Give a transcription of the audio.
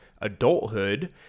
adulthood